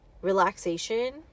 relaxation